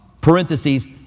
parentheses